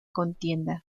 contienda